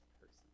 person